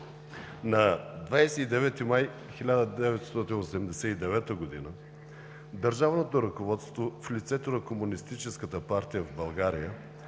На 29 май 1989 г. държавното ръководство в лицето на Комунистическата партия в България